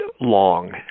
long